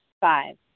Five